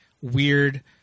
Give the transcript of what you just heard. weird